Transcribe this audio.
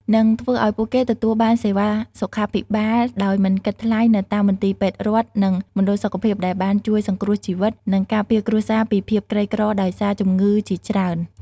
និងធ្វើឱ្យពួកគេទទួលបានសេវាសុខាភិបាលដោយមិនគិតថ្លៃនៅតាមមន្ទីរពេទ្យរដ្ឋ និងមណ្ឌលសុខភាព ដែលបានជួយសង្គ្រោះជីវិត និងការពារគ្រួសារពីភាពក្រីក្រដោយសារជំងឺជាច្រើន។